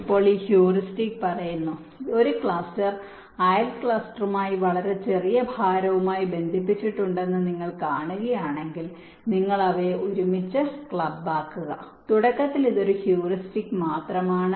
ഇപ്പോൾ ഈ ഹ്യൂറിസ്റ്റിക് പറയുന്നു ഒരു ക്ലസ്റ്റർ അയൽ ക്ലസ്റ്ററുമായി വളരെ ചെറിയ ഭാരവുമായി ബന്ധിപ്പിച്ചിട്ടുണ്ടെന്ന് നിങ്ങൾ കാണുകയാണെങ്കിൽ നിങ്ങൾ അവയെ ഒരുമിച്ച് ക്ലബാക്കുക തുടക്കത്തിൽ ഇത് ഒരു ഹ്യൂറിസ്റ്റിക് മാത്രമാണ്